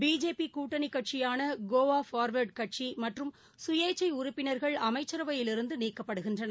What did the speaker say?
பிஜேபிகூட்டணிகட்சியானகோவாபார்வா்டுகட்சிமற்றும் சுயேச்சைறுப்பினர்கள் அமைச்சரவையிலிருந்துநீக்கப்படுகின்றனர்